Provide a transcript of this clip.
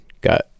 got